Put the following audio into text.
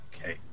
Okay